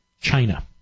China